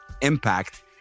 impact